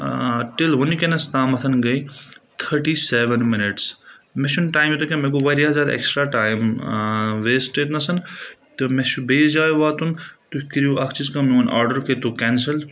till وٕنکیٚنَس تامَتھ گٔے تھٔٹی سیوَن مِنٹٕس مےٚ چھُنہٕ ٹایِم کینٛہہ مےٚ گوٚو واریاہ زیادٕ ایٚکٕسٹرا ٹایِم وَیٚسٹ ییٚتہِ نَس تہٕ مےٚ چھُ بیٚیِس جایہِ واتُن تُہۍ کٔرِو اَکھ چیٖز کانٛہہ میون آرڈَر کٔرۍ تو کینٛسَل